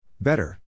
better